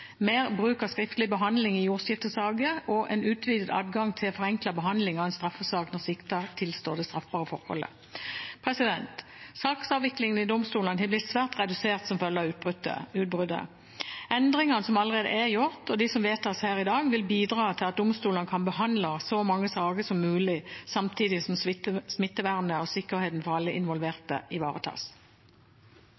mer bruk av skriftlig behandling i jordskiftesaker og en utvidet adgang til forenklet behandling av en straffesak når siktede tilstår det straffbare forholdet. Saksavviklingen i domstolene har blitt svært redusert som følge av utbruddet. Endringene som allerede er gjort, og de som vedtas her i dag, vil bidra til at domstolene kan behandle så mange saker som mulig samtidig som smittevernet og sikkerheten for alle